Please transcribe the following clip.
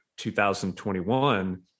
2021